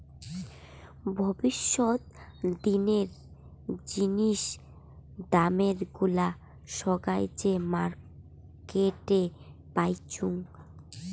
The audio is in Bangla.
ভবিষ্যত দিনের জিনিস দামের গুলা সোগায় যে মার্কেটে পাইচুঙ